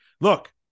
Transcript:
look